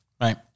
Right